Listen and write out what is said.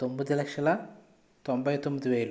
తొమ్మిది లక్షల తొంభై తొమ్మిది వేలు